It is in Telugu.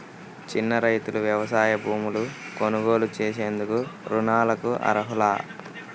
చిన్న రైతులు వ్యవసాయ భూములు కొనుగోలు చేసేందుకు రుణాలకు అర్హులా?